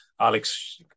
Alex